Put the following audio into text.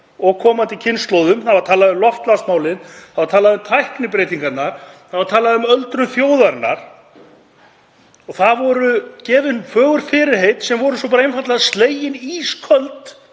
og komandi kynslóðum, það var talað um loftslagsmálin, það var talað um tæknibreytingarnar, það var talað um öldrun þjóðarinnar. Það voru gefin fögur fyrirheit sem voru svo einfaldlega slegin ísköld